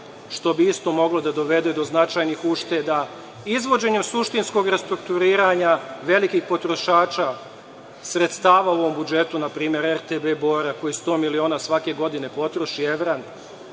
što bi isto moglo da dovede do značajnih ušteda, izvođenju suštinskog restrukturiranja velikih potrošača sredstava u ovom budžetu, na primer RTB Bora koji sto miliona evra svake godine potroši? Dakle,